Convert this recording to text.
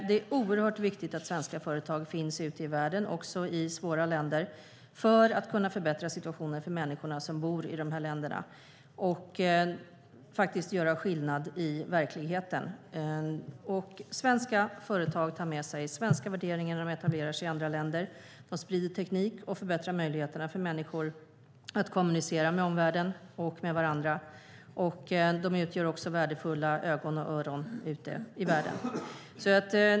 Det är också oerhört viktigt att svenska företag finns ute i världen, även i svåra länder, för att kunna förbättra situationen för människorna som bor i dessa länder och göra skillnad i verkligheten. Svenska företag tar med sig svenska värderingar när de etablerar sig i andra länder. De sprider teknik och förbättrar möjligheterna för människor att kommunicera med omvärlden och med varandra. De utgör också värdefulla ögon och öron ute i världen.